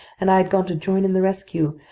and i had gone to join in the rescue,